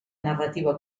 narrativa